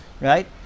Right